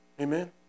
Amen